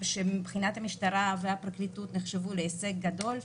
שמבחינת המשטרה והפרקליטות נחשבו להישג גדול,